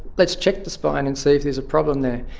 let's check the spine and see if there's a problem there.